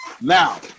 Now